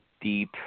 deep